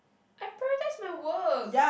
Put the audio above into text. apparently this is my work